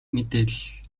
мэдээлэл